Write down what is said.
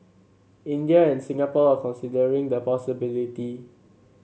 India and Singapore are considering the possibility